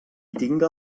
tinga